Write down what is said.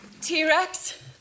T-Rex